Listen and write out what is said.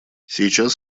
сейчас